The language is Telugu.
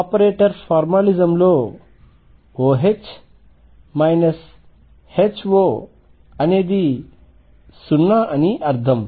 ఆపరేటర్ ఫార్మాలిజంలో OH HO అనేది 0 అని అర్ధం